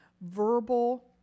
verbal